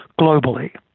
globally